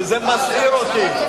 שזה מסעיר אותי.